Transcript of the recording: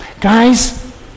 Guys